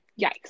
yikes